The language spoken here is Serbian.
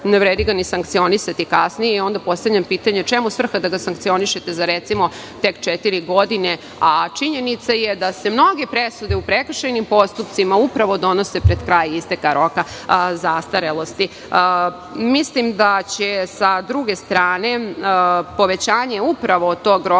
ne vredi ga ni sankcionisati kasnije i onda postavljam pitanje – čemu svrha da sankcionišete za tek četiri godine, a činjenica je da se mnoge presude u prekršajnim postupcima upravo donose pred kraj isteka roka zastarelosti. Mislim da će sa druge strane povećanje tog roka